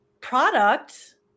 product